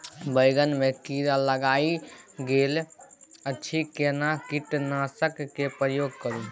बैंगन में कीरा लाईग गेल अछि केना कीटनासक के प्रयोग करू?